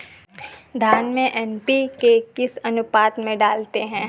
धान में एन.पी.के किस अनुपात में डालते हैं?